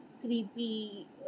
creepy